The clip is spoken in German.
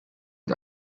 und